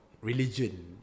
religion